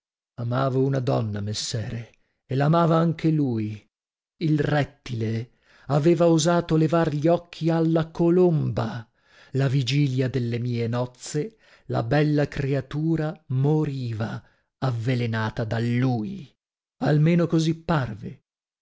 amavo una donna messere e l'amava anche lui il rettile aveva osato levar gli occhi alla colomba la vigilia delle mie nozze la bella creatura moriva avvelenata da lui almeno così parve